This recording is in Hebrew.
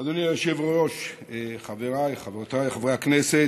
אדוני היושב-ראש, חבריי, חברותיי חברי הכנסת,